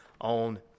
on